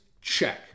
check